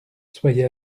soyez